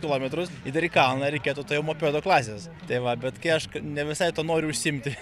kilometrus ir dar į kalną reikėtų tai jau mopedo klasės tai va bet kai aš ne visai to noriu užsiimti